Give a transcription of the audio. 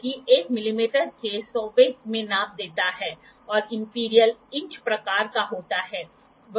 इसलिए ऑटोकोलिमेटर एक ऑप्टिकल उपकरण है जिसका उपयोग छोटे एंगलों को बहुत अधिक सटीकता से मापने के लिए किया जाता है